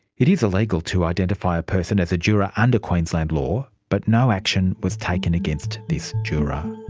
it is illegal to identify a person as a juror under queensland law, but no action was taken against this juror.